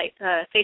Facebook